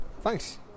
thanks